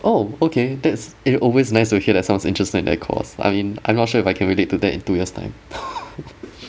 oh okay that's it's always nice to hear that sounds interesting in that course I mean I'm not sure if I can relate to that in two years' time